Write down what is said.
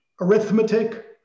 arithmetic